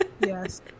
yes